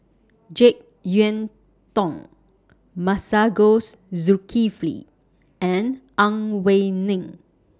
Jek Yeun Thong Masagos Zulkifli and Ang Wei Neng